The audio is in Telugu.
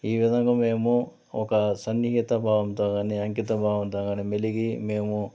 ఈ విధంగా మేము ఒక సన్నిహిత భావంతో కాని అంకిత భావంతో కాని మెలిగి మేము